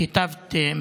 את היטבת,